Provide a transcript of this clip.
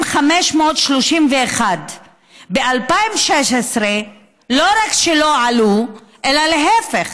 ישראל, ב-2016 לא רק שלא עלו אלא להפך,